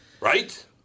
Right